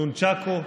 נונצ'קו,